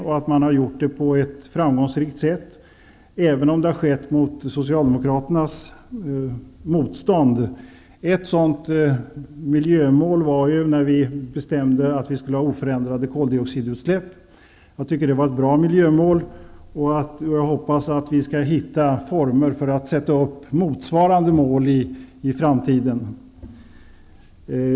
Man har också gjort det på ett framgångsrikt sätt, även om socialdemokraterna har gjort motstånd. Ett sådant miljömål var detta med att vi bestämde att det skulle vara oförändrade koldioxidutsläpp. Det tycker jag är ett bra miljömål. Jag hoppas att vi skall kunna finna former för motsvarande mål i framtiden.